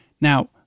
Now